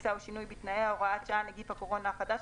טיסה או שינוי בתנאיה) (הוראת שעה נגיף הקורונה החדש),